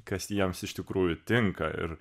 kas jiems iš tikrųjų tinka ir